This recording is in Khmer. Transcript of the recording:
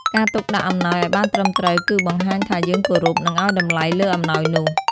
ការទុកដាក់អំណោយឲ្យបានត្រឹមត្រូវគឺ បង្ហាញថាយើងគោរព និងឲ្យតម្លៃលើអំណោយនោះ។